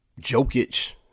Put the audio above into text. Jokic